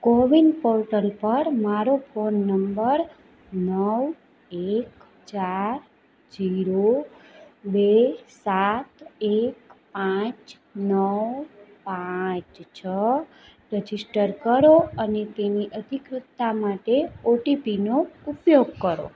CoWIN portal પર મારો phone number નવ એક ચાર ઝીરો બે સાત એક પાંચ નવ પાંચ છ રજિસ્ટર કરો અને તેની અધિકૃતતા માટે ઓ ટી પી નો ઉપયોગ કરો